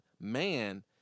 man